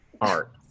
art